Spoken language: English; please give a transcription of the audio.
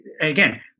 again